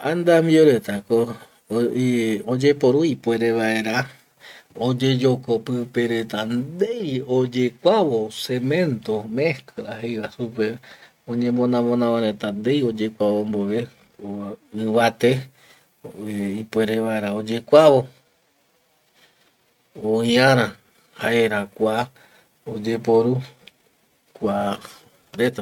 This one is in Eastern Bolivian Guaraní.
Andamio retako oyeporu ipuere vaera oyeoko pipe reta ndei ndei oyekuavo cemento mescla jeiva supe oñemona monava reta ndei oyekuavo mbove o ivate ipuere vaera oyekuavo oiara jaera kua oyeporu kua reta